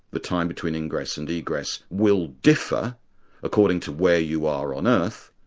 the time between ingress and egress, will differ according to where you are on earth,